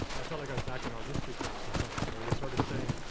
i felt like i was back in art history class or something where you're sort of saying,